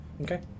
Okay